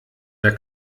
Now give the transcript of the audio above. der